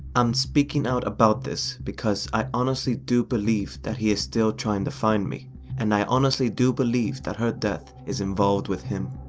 i'm speaking out about this because i honestly do believe that he is still trying to find me and i honestly do believe that her death is involved with him.